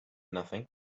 nothing